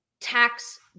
tax